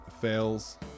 fails